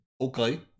Okay